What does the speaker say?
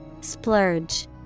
Splurge